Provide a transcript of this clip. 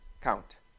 count